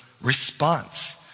response